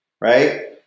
right